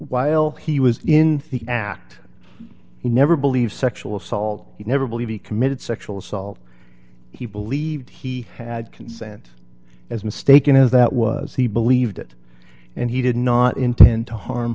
while he was in the act he never believe sexual assault he never believed he committed sexual assault he believed he had consent as mistaken as that was he believed it and he did not intend to harm